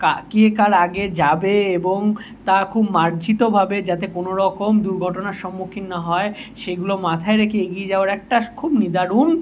কা কে কার আগে যাবে এবং তা খুব মার্জিতভাবে যাতে কোনো রকম দুর্ঘটনার সম্মুখীন না হয় সেগুলো মাথায় রেখে এগিয়ে যাওয়ার একটা খুব নিদারুণ